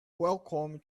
welcome